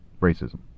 racism